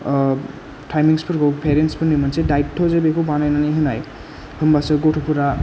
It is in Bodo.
टाइमिं सफोरखौ पेरेन्स फोरनि मोनसे दायित्त' जे बेखौ बानायनानै होनाय होम्बासो गथ'फोरा